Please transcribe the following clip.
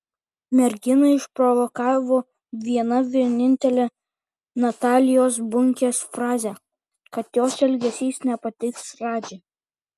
merginą išprovokavo viena vienintelė natalijos bunkės frazė kad jos elgesys nepatiks radži